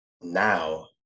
now